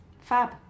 Fab